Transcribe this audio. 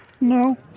No